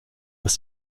was